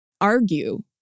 argue